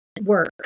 work